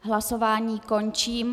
Hlasování končím.